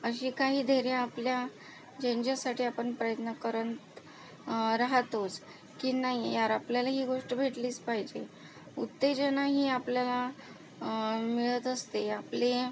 अशी काही धैर्य आपल्या ज्यांच्यासाठी आपण प्रयत्न करत राहतोच की नाही यार आपल्याला ही गोष्ट भेटलीच पाहिजे उत्तेजना ही आपल्याला मिळत असते आपले